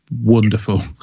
wonderful